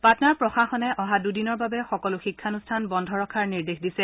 পাটনাৰ প্ৰশাসনে অহা দূদিনৰ বাবে সকলো শিক্ষানষ্ঠান বন্ধ ৰখাৰ নিৰ্দেশ দিছে